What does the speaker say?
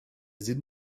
sinn